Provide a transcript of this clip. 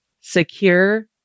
secure